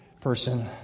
person